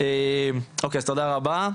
תודה רבה.